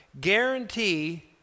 Guarantee